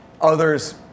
Others